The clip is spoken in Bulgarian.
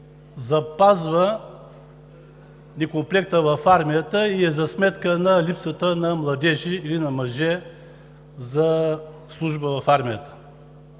запазва некомплекта в армията и е за сметка на липсата на младежи или мъже за служба в армията.